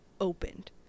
opened